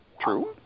True